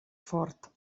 fort